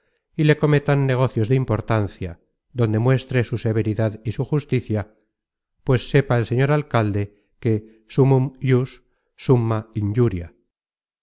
y le cometan negocios de importancia donde muestre su severidad y su justicia pues sepa el señor alcalde que summum jus summa injuria